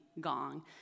gong